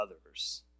others